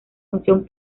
función